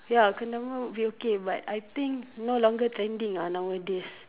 ya kendama would be okay but I think no longer trending ah nowadays